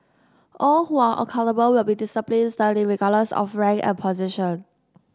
all who are accountable will be disciplined sternly regardless of rank and position